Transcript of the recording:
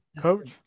coach